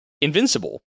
Invincible